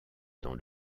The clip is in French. dans